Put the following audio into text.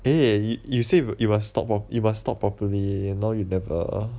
eh you say you must talk you must talk properly eh now you never